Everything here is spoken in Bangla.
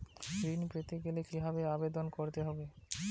ঋণ পেতে গেলে কিভাবে আবেদন করতে হবে?